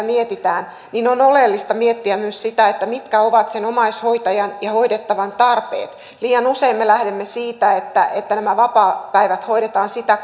mietitään niin on oleellista miettiä myös sitä mitkä ovat sen omaishoitajan ja hoidettavan tarpeet liian usein me lähdemme siitä että että nämä vapaapäivät hoidetaan sitä